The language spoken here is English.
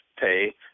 pay